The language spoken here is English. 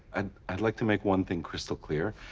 and i'd like to make one thing crystal clear.